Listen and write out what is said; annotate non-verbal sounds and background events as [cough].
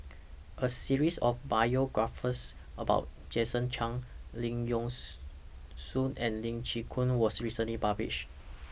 A series of biographies about Jason Chan Leong Yee [unintelligible] Soo and Lee Chin Koon was recently published